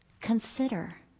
consider